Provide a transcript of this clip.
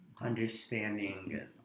understanding